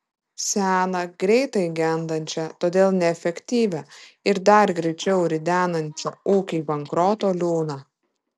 seną greitai gendančią todėl neefektyvią ir dar greičiau ridenančią ūkį į bankroto liūną